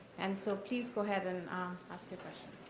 and so please go head and ask your